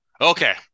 Okay